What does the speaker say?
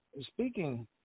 speaking